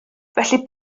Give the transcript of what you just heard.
felly